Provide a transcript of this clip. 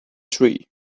tree